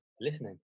listening